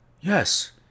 Yes